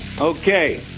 Okay